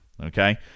Okay